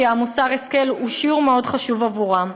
כי מוסר ההשכל הוא שיעור מאוד חשוב עבורם.